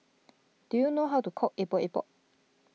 do you know how to cook Epok Epok